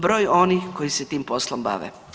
Broj onih koji se tim poslom bave.